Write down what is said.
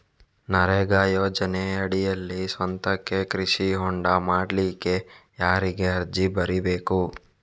ನರೇಗಾ ಯೋಜನೆಯಡಿಯಲ್ಲಿ ಸ್ವಂತಕ್ಕೆ ಕೃಷಿ ಹೊಂಡ ಮಾಡ್ಲಿಕ್ಕೆ ಯಾರಿಗೆ ಅರ್ಜಿ ಬರಿಬೇಕು?